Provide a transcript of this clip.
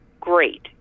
great